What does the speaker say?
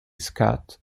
scott